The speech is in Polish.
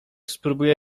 spróbuję